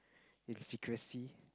in secrecy